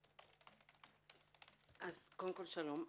שלום.